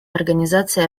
организации